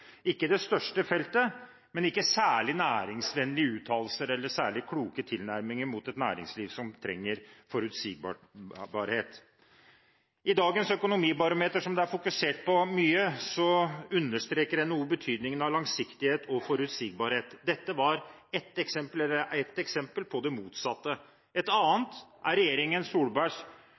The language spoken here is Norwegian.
ikke det største feltet, men dette er ikke særlig næringsvennlige uttalelser eller særlig kloke tilnærminger overfor et næringsliv som trenger forutsigbarhet. I dagens økonomibarometer, som det har vært fokusert mye på, understreker NHO betydningen av langsiktighet og forutsigbarhet. Dette var ett eksempel på det motsatte. Et annet er regjeringen Solbergs